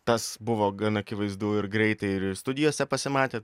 tas buvo gan akivaizdu ir greitai ir studijose pasimatė